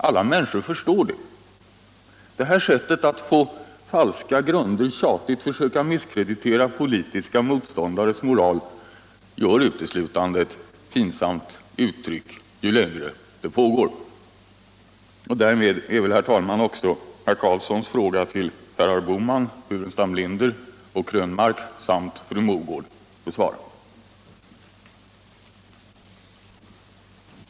Alla människor förstår det. Försöket att på falska grunder sakligt misskreditera politiska motståndares moral gör uteslutande ett alltmer pinsamt intryck ju täingre det pågår.